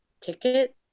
ticket